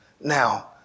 Now